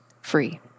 free